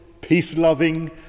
peace-loving